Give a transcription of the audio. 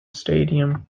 stadium